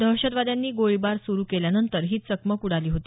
दहशतवाद्यांनी गोळीबार सुरु केल्यानंतर ही चकमक उडाली होती